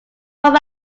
from